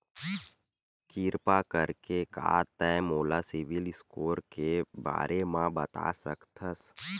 किरपा करके का तै मोला सीबिल स्कोर के बारे माँ बता सकथस?